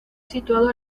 situado